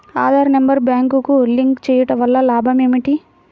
Aadhaar number బ్యాంక్నకు link చేయుటవల్ల లాభం ఏమిటి?